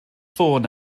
ffôn